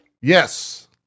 Yes